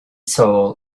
soul